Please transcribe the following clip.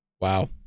Wow